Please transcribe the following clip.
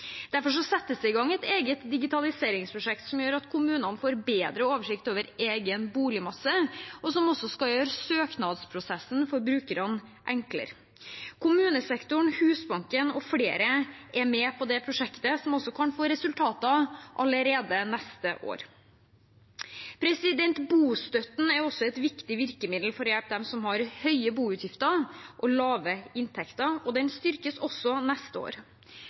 Derfor settes det i gang et eget digitaliseringsprosjekt, som gjør at kommunene får bedre oversikt over egen boligmasse, og som også skal gjøre søknadsprosessen for brukerne enklere. Kommunesektoren, Husbanken og flere er med på det prosjektet, som også kan få resultater allerede neste år. Bostøtten er også et viktig virkemiddel for å hjelpe dem som har høye boutgifter og lave inntekter, og den styrkes også neste år.